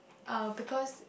uh because